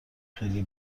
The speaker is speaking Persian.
خیلی